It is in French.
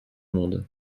monde